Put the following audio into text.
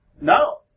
No